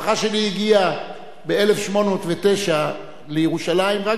המשפחה שלי הגיעה ב-1809 לירושלים רק